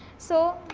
so,